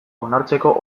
onartzeko